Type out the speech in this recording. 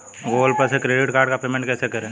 Google पर से credit card का पेमेंट कैसे करें?